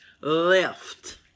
Left